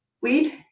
weed